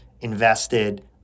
invested